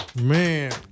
Man